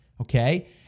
Okay